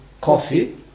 coffee